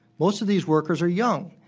most of these workers are young.